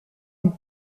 une